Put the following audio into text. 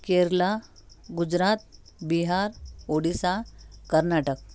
Kerala Gujarat Bihar Odisha Karnataka